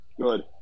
Good